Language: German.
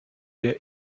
der